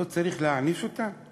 לא צריך להעניש אותם?